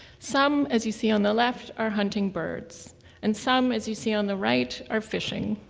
some, as you see on the left, are hunting birds and some, as you see on the right, are fishing.